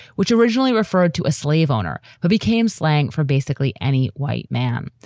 which originally referred to a slave owner who became slang for basically any white man.